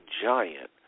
giant